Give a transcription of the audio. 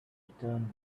return